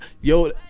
Yo